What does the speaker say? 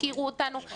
הפקירו אותנו.